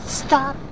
stop